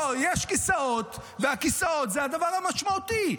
פה יש כיסאות, והכיסאות זה הדבר המשמעותי.